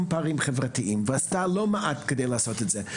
פערים חברתיים ועשתה לא מעט כדי לעשות את זה.